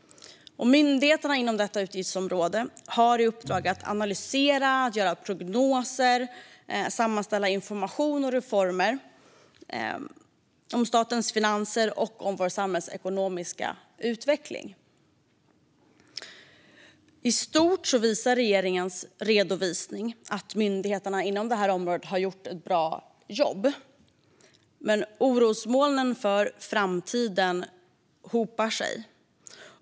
Myndigheterna inom detta utgiftsområde har i uppdrag att analysera, göra prognoser och sammanställa information om reformer, statens finanser och vår samhällsekonomiska utveckling. I stort visar regeringens redovisning att myndigheterna inom detta område har gjort ett bra jobb, men orosmolnen för framtiden hopar sig.